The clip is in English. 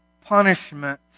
punishment